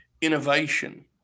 innovation